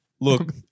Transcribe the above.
Look